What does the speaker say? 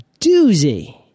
doozy